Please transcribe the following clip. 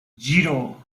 zero